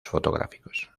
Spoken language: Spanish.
fotográficos